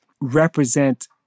represent